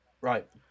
Right